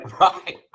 Right